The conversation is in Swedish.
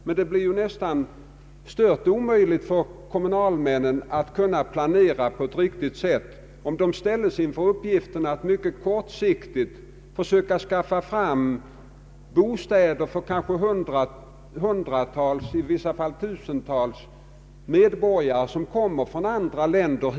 Men det blir stört omöjligt för kommunalmännen att planera på ett riktigt sätt om de ställs inför uppgiften att på mycket kort tid skaffa bostäder för kanske hundratals och i vissa fall tusentals medborgare från andra länder.